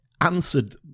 answered